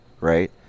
Right